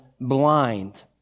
blind